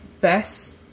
best